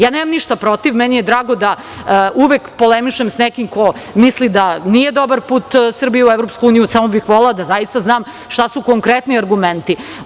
Ja nemam ništa protiv, meni je drago da uvek polemišem sa nekim ko misli da nije dobar put Srbije u EU samo bih volela da zaista znam šta su konkretni argumenti.